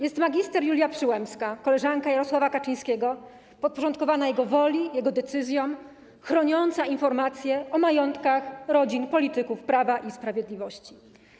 Jest mgr Julia Przyłębska, koleżanka Jarosława Kaczyńskiego, podporządkowana jego woli, jego decyzjom, chroniąca informacje o majątkach rodzin polityków Prawa i Sprawiedliwości.